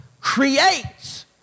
creates